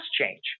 change